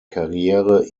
karriere